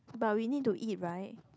but we need to eat right